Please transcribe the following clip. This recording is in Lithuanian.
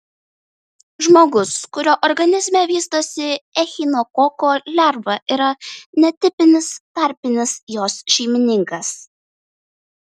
žmogus kurio organizme vystosi echinokoko lerva yra netipinis tarpinis jos šeimininkas